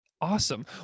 Awesome